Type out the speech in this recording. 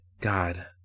God